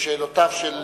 לשאלותיהם של,